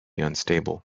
unstable